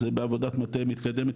זה בעבודת מטה מתקדמת,